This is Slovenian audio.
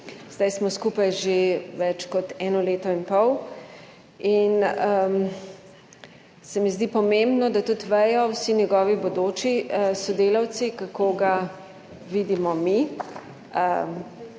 Zdaj smo skupaj že več kot eno leto in pol in se mi zdi pomembno, da tudi vedo vsi njegovi bodoči sodelavci, kako ga vidimo mi,